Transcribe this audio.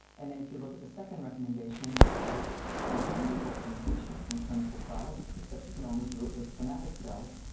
and then if you look at the second recommendation it says you can do work in patients, in clinical trials, except you can only do it with somatic cells.